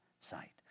sight